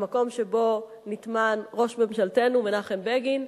המקום שבו נטמן ראש ממשלתנו מנחם בגין,